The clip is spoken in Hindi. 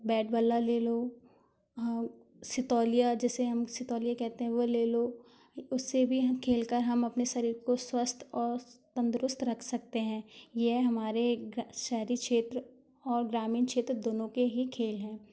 बैट बल्ला ले लो अ सितोलिया जैसे हम सितोलिया कहते हैं वह ले लो उससे भी हम खेल कर हम अपने शरीर को स्वस्थ और तंदुरुस्त रख सकते हैं यह हमारे शहरी क्षेत्र और ग्रामीण क्षेत्र दोनों के ही खेल हैं